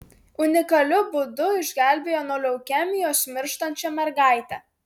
unikaliu būdu išgelbėjo nuo leukemijos mirštančią mergaitę